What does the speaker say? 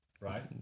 right